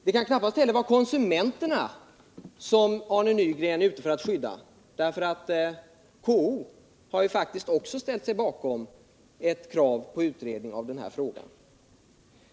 Det kan knappast heller vara konsumenterna som Arne Nygren är ute för att skydda, därför att KO har faktiskt också ställt sig bakom kravet på utredning av denna fråga.